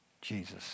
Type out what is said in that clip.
Jesus